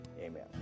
amen